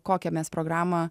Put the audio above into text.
kokią mes programą